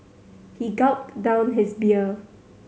he gulped down his beer